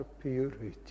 purity